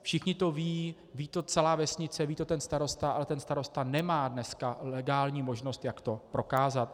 Všichni to vědí, ví to celá vesnice, ví to starosta, ale ten starosta nemá dneska legální možnost, jak to prokázat.